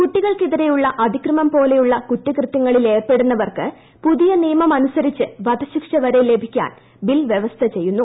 കുട്ടികൾക്കെതിരെയുള്ളഅതിക്രമം പോലെയുള്ള കുറ്റകൃതൃങ്ങളിലേർപ്പെടുന്നവർക്ക് പുതിയ നിയമം അനുസരിച്ച് വധശിക്ഷ വരെ ലഭിക്കാൻ ബിൽവൃവസ്ഥചെയ്യുന്നു